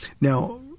Now